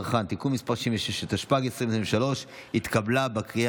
מס' 66), התשפ"ג 2023, נתקבל.